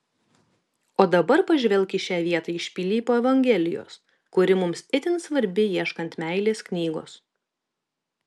o dabar pažvelk į šią vietą iš pilypo evangelijos kuri mums itin svarbi ieškant meilės knygos